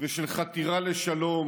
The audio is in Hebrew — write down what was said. ושל חתירה לשלום,